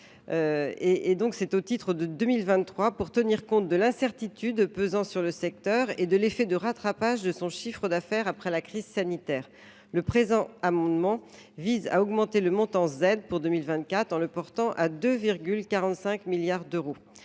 pour l’année 2023 pour tenir compte de l’incertitude pesant sur le secteur et de l’effet de rattrapage de son chiffre d’affaires après la crise sanitaire, le présent amendement vise à augmenter le montant Z pour 2024 en le portant à 2,45 milliards d’euros.